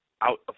out